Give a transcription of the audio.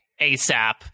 asap